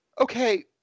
Okay